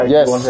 Yes